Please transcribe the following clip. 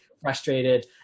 frustrated